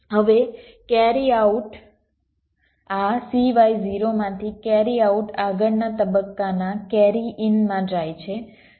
હવે carry out આ CY0 માંથી કેરી આઉટ આગળના તબક્કાના કેરી ઇન માં જાય છે